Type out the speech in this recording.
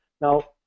Now